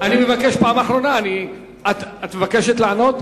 אני מבקש, פעם אחרונה: את מבקשת לענות?